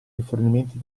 rifornimenti